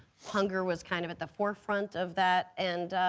hunger was kind of at the forefront of that. and,